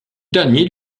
dernier